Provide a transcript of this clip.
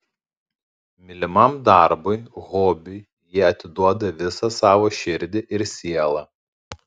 mylimam darbui hobiui jie atiduoda visą savo širdį ir sielą